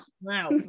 Wow